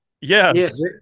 Yes